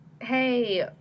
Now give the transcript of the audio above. hey